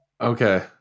Okay